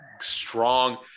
strong